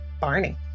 barney